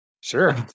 Sure